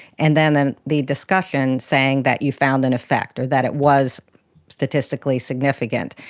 and then then the discussion saying that you found an effect or that it was statistically significant.